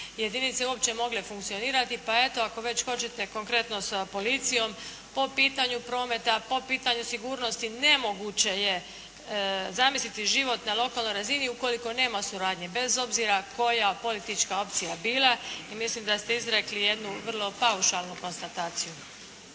jedinice uopće mogle funkcionirati. Pa eto, ako već hoćete konkretno sa policijom po pitanju prometa, po pitanju sigurnosti nemoguće je zamisliti život na lokalnoj razini ukoliko nema suradnje bez obzira koja politička opcija bila i mislim da ste izrekli jednu vrlo paušalnu konstataciju.